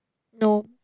no